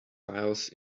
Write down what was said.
files